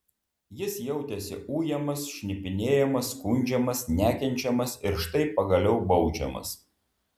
jis jautėsi ujamas šnipinėjamas skundžiamas nekenčiamas ir štai pagaliau baudžiamas